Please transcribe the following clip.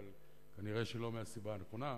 אבל כנראה לא מהסיבה הנכונה.